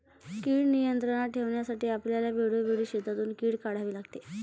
कीड नियंत्रणात ठेवण्यासाठी आपल्याला वेळोवेळी शेतातून कीड काढावी लागते